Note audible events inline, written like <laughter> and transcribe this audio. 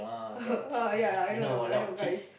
<laughs> uh ya ya I know I know I know guys